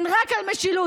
הן רק על משילות,